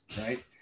right